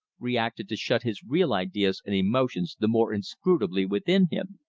reacted to shut his real ideas and emotions the more inscrutably within him.